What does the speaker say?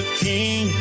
king